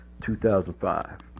2005